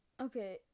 Okay